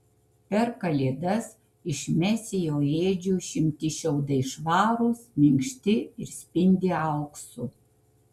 per kalėdas iš mesijo ėdžių išimti šiaudai švarūs minkšti ir spindi auksu